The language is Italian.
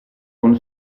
con